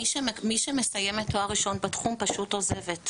מי שמסיימת תואר ראשון בתחום פשוט עוזבת.